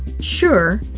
sure,